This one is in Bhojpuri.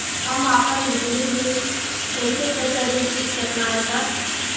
हम आपन बिजली बिल कइसे चेक करि की केतना आइल बा?